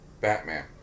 Batman